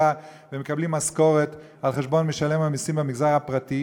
ומקבלים משכורת על חשבון משלם המסים במגזר הפרטי,